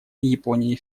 японией